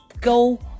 go